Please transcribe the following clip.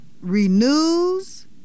renews